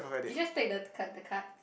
you just take the card the card